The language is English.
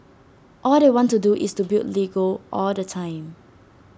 all they want to do is build Lego all the time